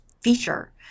feature